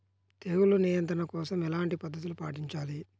తెగులు నియంత్రణ కోసం ఎలాంటి పద్ధతులు పాటించాలి?